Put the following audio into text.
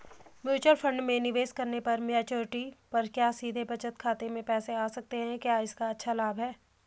Mutual fund में निवेश करने पर मैच्योरिटी पर क्या सीधे बचत खाते में पैसे आ सकते हैं क्या इसका अच्छा लाभ है?